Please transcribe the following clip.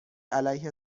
علیه